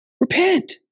repent